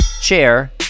chair